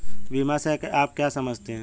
बीमा से आप क्या समझते हैं?